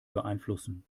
beeinflussen